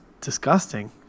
disgusting